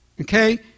Okay